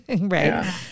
Right